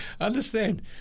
understand